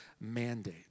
mandate